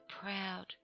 proud